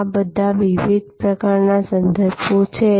આ બધા વિવિધ પ્રકારના સંદર્ભો છે